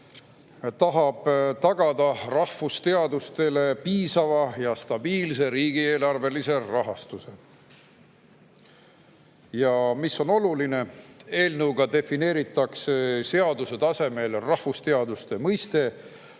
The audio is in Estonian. tahab tagada rahvusteadustele piisava ja stabiilse riigieelarvelise rahastuse. Ja mis on oluline: eelnõu kohaselt defineeritakse seaduse tasemel rahvusteaduste mõiste